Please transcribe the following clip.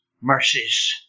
mercies